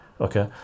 Okay